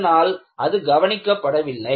அதனால் அது கவனிக்கப்படவில்லை